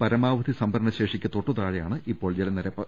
പരമാവധി സംഭരണ ശേഷിക്ക് തൊട്ടു താഴെയാണ് ഇപ്പോൾ ജലനിരപ്പ്